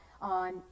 on